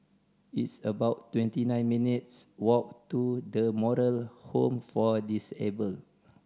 it's about twenty nine minutes' walk to The Moral Home for Disabled